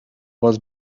was